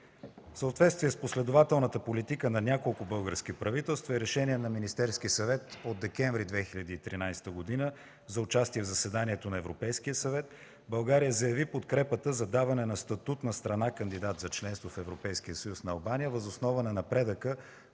В съответствие с последователната политика на няколко български правителства и решение на Министерския съвет от декември 2013 г. за участие в заседанието на Европейския съвет България заяви подкрепата за даване на статут на страна – кандидат за членство в Европейския съюз, на Албания въз основа на напредъка,